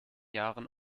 jahren